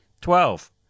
Twelve